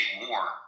more